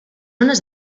ones